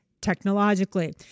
technologically